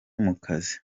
mukazi